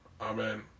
Amen